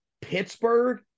Pittsburgh